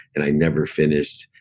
and i never finished.